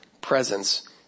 presence